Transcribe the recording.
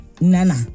Nana